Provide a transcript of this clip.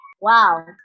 wow